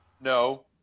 No